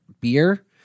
Beer